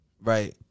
Right